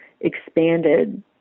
expanded